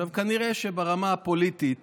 עכשיו, כנראה שברמה הפוליטית